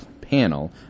Panel